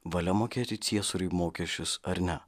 valia mokėti ciesoriui mokesčius ar ne